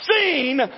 seen